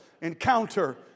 encounter